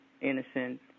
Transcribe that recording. innocent